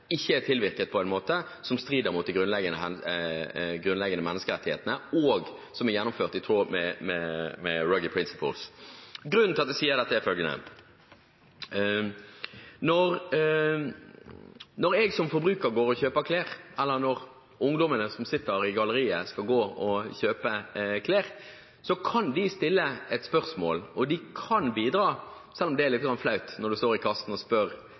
ikke er tilvirket på en måte som strider mot de grunnleggende menneskerettighetene, og som er gjennomført i tråd med Ruggies «Principles». Grunnen til at jeg sier dette, er følgende: Når jeg som forbruker går og kjøper klær, eller når ungdommene som sitter på galleriet, skal gå og kjøpe klær, kan de stille et spørsmål – og de kan bidra, selv om det er lite grann flaut når de står i kassen og spør: